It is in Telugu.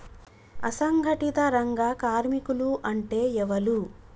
అసంఘటిత రంగ కార్మికులు అంటే ఎవలూ?